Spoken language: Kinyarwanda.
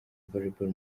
volleyball